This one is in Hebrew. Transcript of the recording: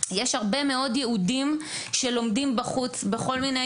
יש הרבה מאוד יהודים שלומדים בכל מיני